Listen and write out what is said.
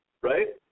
right